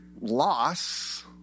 loss